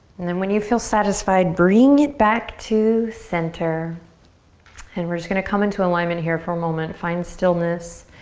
and then when you feel satisfied, bring it back to center and we're just gonna come into alignment here for a moment. find stillness,